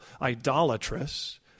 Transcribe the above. idolatrous